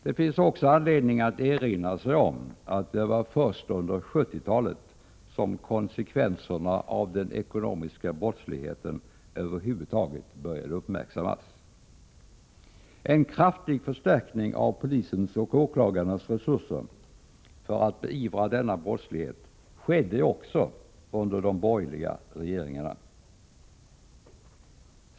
Det finns också anledning att erinra sig att det var först under 1970-talet som konsekvenserna av den ekonomiska brottsligheten över huvud taget började uppmärksammas. En kraftig förstärkning av polisens och åklagarnas resurser för att beivra denna brottslighet skedde också under de borgerliga regeringarna.